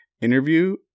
interview